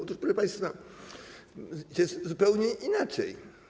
Otóż, proszę państwa, jest zupełnie inaczej.